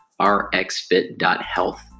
rxfit.health